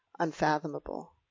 unfathomable